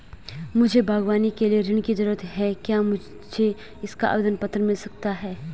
मुझे बागवानी के लिए ऋण की ज़रूरत है क्या मुझे इसका आवेदन पत्र मिल सकता है?